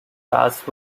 task